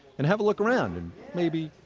and have a look around and, maybe,